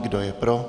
Kdo je pro?